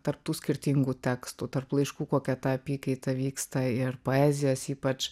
tarp tų skirtingų tekstų tarp laiškų kokia ta apykaita vyksta ir poezijos ypač